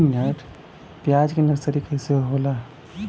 प्याज के नर्सरी कइसे होला?